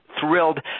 thrilled